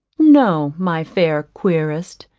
no, my fair querist,